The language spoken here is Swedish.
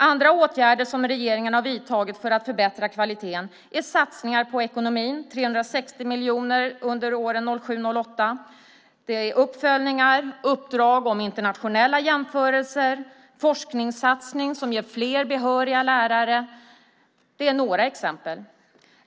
Andra åtgärder som regeringen har vidtagit för att förbättra kvaliteten är satsningar på ekonomin med 360 miljoner under åren 2007 och 2008, uppföljningar, uppdrag om internationella jämförelser och en forskningssatsning som ger fler behöriga lärare. Det är några exempel.